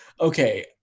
Okay